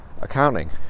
Accounting